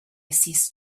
ceased